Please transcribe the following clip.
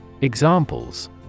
Examples